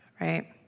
right